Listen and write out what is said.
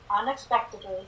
unexpectedly